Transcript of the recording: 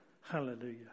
Hallelujah